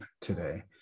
today